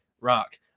rock